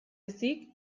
ezik